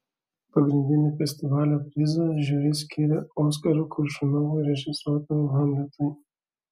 pagrindinį festivalio prizą žiuri skyrė oskaro koršunovo režisuotam hamletui